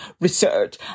research